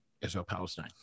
Israel-Palestine